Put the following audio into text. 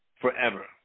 forever